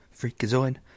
Freakazoid